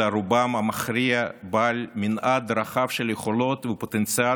אלא רובם המכריע בעל מנעד רחב של יכולות ופוטנציאל